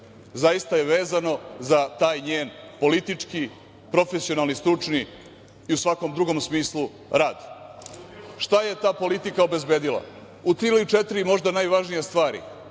zaista je vezano za taj njen politički, profesionalni, stručni i u svakom drugom smislu rad. Šta je ta politika obezbedila? U tri ili četiri možda najvažnije stvari,